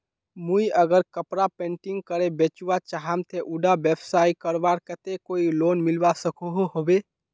मुई अगर कपड़ा पेंटिंग करे बेचवा चाहम ते उडा व्यवसाय करवार केते कोई लोन मिलवा सकोहो होबे?